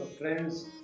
friends